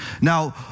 Now